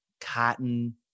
cotton